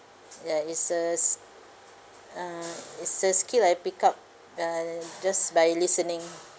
ya it's a s~ uh it's a skill I pick up uh just by listening